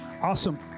Awesome